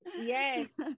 yes